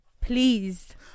please